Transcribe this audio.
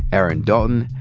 aaron dalton,